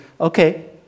Okay